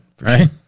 Right